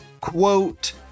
quote